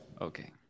Okay